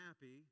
happy